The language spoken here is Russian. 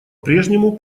прежнему